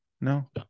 No